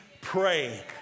pray